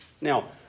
Now